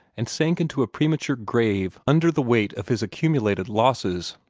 and sank into a premature grave under the weight of his accumulated losses.